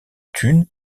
thun